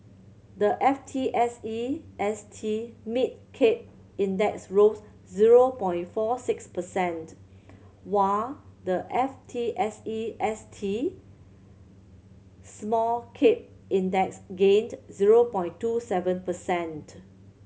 the F T S E S T Mid Cap Index rose zero point four six percent while the F T S E S T Small Cap Index gained zero point two seven percent